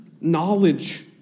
Knowledge